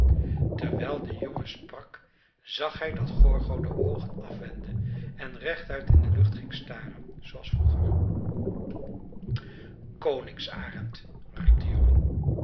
terwijl de jongen sprak zag hij dat gorgo de oogen afwendde en rechtuit in de lucht ging staren zooals vroeger koningsarend riep de jongen